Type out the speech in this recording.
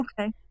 okay